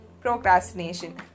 Procrastination